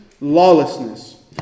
lawlessness